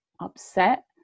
upset